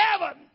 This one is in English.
heaven